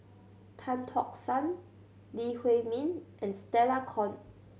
Tan Tock San Lee Huei Min and Stella Kon